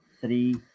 Three